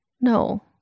No